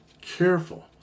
careful